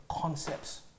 concepts